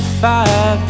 five